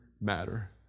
matter